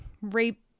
rape